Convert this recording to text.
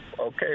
Okay